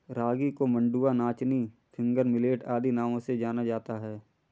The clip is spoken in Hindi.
रागी को मंडुआ नाचनी फिंगर मिलेट आदि नामों से जाना जाता है